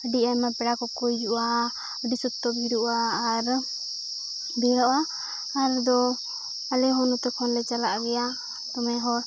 ᱟᱹᱰᱤ ᱟᱭᱢᱟ ᱯᱮᱲᱟ ᱠᱚᱠᱚ ᱦᱤᱡᱩᱜᱼᱟ ᱟᱹᱰᱤ ᱥᱚᱛᱛᱚ ᱵᱷᱤᱲᱚᱜᱼᱟ ᱟᱨ ᱵᱷᱤᱲᱚᱜᱼᱟ ᱟᱨ ᱫᱚ ᱟᱞᱮ ᱦᱚᱸ ᱱᱚᱛᱮ ᱠᱷᱚᱱᱞᱮ ᱪᱟᱞᱟᱜ ᱜᱮᱭᱟ ᱫᱚᱢᱮ ᱦᱚᱲ